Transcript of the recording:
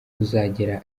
uzagera